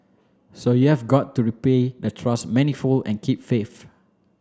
so you have got to repay the trust manifold and keep faith